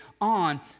on